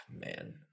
man